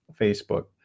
Facebook